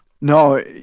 No